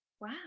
wow